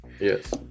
Yes